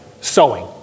sewing